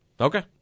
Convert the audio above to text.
Okay